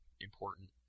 important